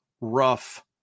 rough